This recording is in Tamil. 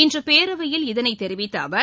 இன்று பேரவையில் இதனை தெரிவித்த அவர்